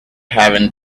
having